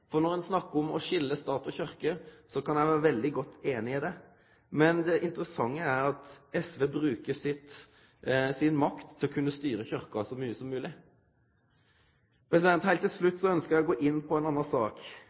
Når ein snakkar om å skilje stat og kyrkje, kan eg vere veldig einig i det. Men det interessante er at SV brukar makta si til å kunne styre Kyrkja så mykje som mogleg. Heilt til slutt ønskjer eg å gå inn på ei anna sak.